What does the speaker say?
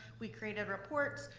we created reports,